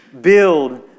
build